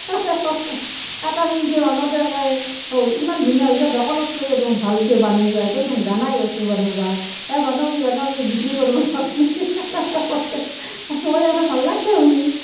কাটা নিংকি বানাওতে কয় অ' ইমান ধুনীয়া হৈছে দোকানতকৈয়ো দেখোন ভালকৈ বানাইছা তই দেখোন জনাই বস্তু বনাব এই বানাবি বানাবি বিক্ৰী কৰিব পাৰিবি এনেকৈ কয় মই আৰু ভাল লাগিছে শুনি